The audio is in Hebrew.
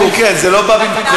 כן כן, זה לא בא במקום.